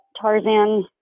Tarzan